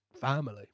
family